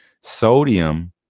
Sodium